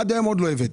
עד היום לא הבאתם.